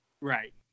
Right